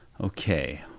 Okay